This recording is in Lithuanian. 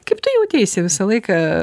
kaip tu jauteisi visą laiką